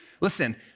Listen